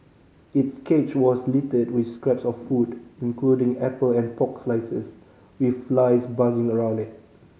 its cage was littered with scraps of food including apple and pork slices with flies buzzing around it